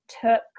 took